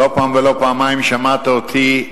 לא פעם ולא פעמיים שמעת אותי: